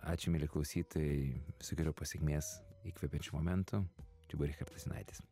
ačiū mieli klausytojai visokeriopos sėkmės įkvepiančių momentų čia buvo richardas jonaitis